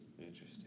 Interesting